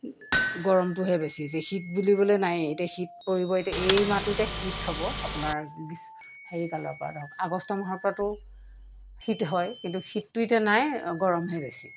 গৰমটোহে বেছি যে শীত বুলিবলৈ নাই এতিয়া শীত পৰিব এতিয়া এই মাহটো এতিয়া শীত হ'ব আপোনাৰ গিচ হেৰি কালৰ পৰা ধৰক আগষ্ট মাহৰ পৰাটো শীত হয় কিন্তু শীতটো এতিয়া নাই গৰমহে বেছি